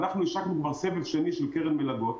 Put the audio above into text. השקנו כבר סבב שני של קרן מלגות.